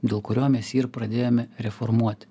dėl kurio mes jį ir pradėjome reformuoti